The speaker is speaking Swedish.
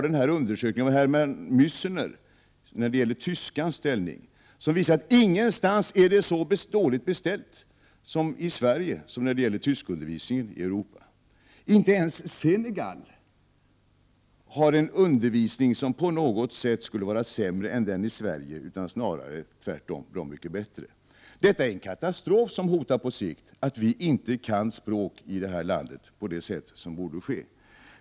En undersökning av Helmut Mässner angående tyskans ställning visar att det inte någonstans i Europa är så dåligt ställt som i Sverige. Inte ens i Senegal har man en på något sätt sämre undervisning i tyska än vad vi har i Sverige utan tvärtom en mycket bättre. På sikt är det en katastrof som hotar — att vi här i landet inte kan främmande språk så som vi borde kunna.